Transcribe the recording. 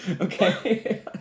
okay